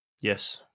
Yes